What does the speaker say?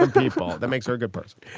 ah people. that makes her a good person.